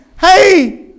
hey